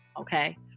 Okay